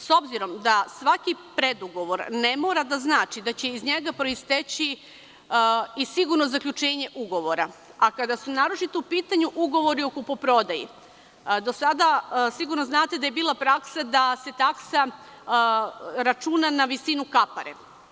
S obzirom da svaki predugovor ne mora da znači da će iz njega proisteći i sigurno zaključenje ugovora, a kada su naročito u pitanju ugovori o kupo-prodaji, do sada sigurno znate da je bila praksa da se taksa računa na visinu kapare.